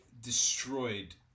destroyed